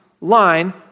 line